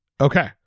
Okay